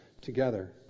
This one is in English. together